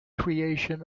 creation